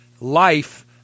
life